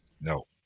No